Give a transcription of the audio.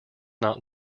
not